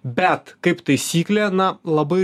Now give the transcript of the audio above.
bet kaip taisyklė na labai